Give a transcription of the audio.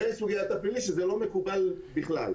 סוגיית הפלילי, זה לא מקובל בכלל.